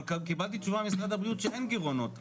אבל קיבלתי תשובה ממשרד הבריאות שאין גירעונות,